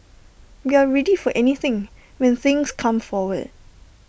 we're ready for anything when things come forward